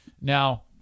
Now